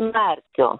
nuo erkių